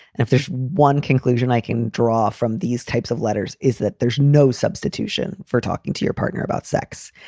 and if there's one conclusion i can draw from these types of letters is that there's no substitution for talking to your partner about sex.